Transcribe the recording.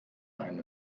eine